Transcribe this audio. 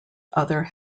other